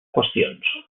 qüestions